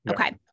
Okay